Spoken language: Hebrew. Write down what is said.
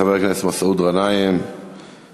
חבר הכנסת מסעוד גנאים יעלה,